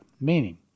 Meaning